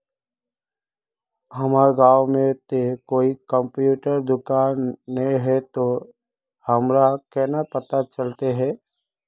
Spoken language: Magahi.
हमर गाँव में ते कोई कंप्यूटर दुकान ने है ते हमरा केना पता चलते है?